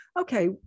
Okay